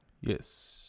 yes